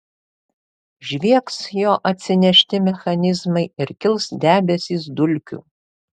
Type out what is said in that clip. žviegs jo atsinešti mechanizmai ir kils debesys dulkių